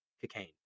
cocaine